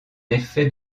effet